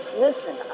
listen